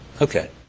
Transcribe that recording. okay